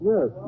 Yes